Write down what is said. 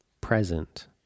present